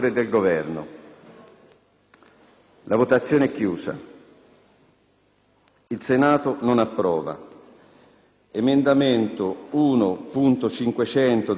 **Il Senato non approva.**